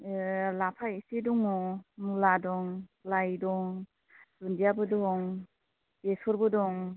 ए लाफा एसे दङ मुला दं लाइ दं दुनदियाबो दं बेसरबो दं